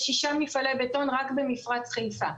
יש שישה מפעלי בטון רק במפרץ חיפה.